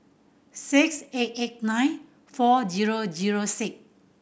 six eight eight nine four zero zero six